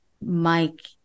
Mike